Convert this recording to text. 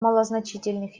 малозначительных